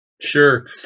Sure